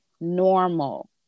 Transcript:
normal